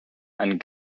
and